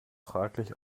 fraglich